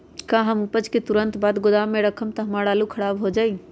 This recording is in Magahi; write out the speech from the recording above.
का हम उपज के तुरंत बाद गोदाम में रखम त हमार आलू खराब हो जाइ?